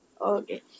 Okay